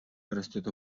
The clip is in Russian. растет